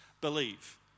believe